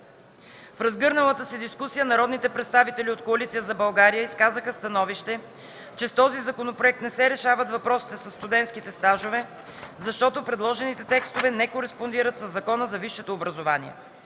В разгърналата се дискусия народните представители от Коалиция за България изказаха становище, че с този законопроект не се решават въпросите със студентските стажове, защото предложените текстове не кореспондират със Закона за висшето образование.